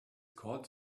called